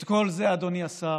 את כל זה, אדוני השר,